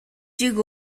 шиг